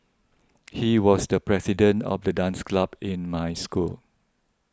he was the president of the dance club in my school